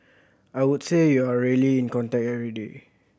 I would say you are really in contact every day